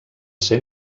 ser